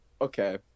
Okay